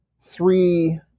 three